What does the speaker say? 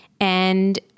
And-